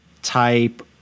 type